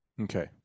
Okay